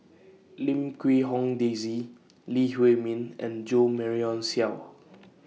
Lim Quee Hong Daisy Lee Huei Min and Jo Marion Seow